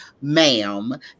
ma'am